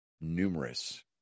numerous